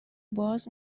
باز